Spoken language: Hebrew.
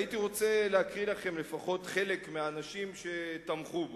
הייתי רוצה לקרוא לכם את שמות חלק מהאנשים שתמכו בו: